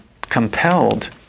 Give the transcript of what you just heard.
compelled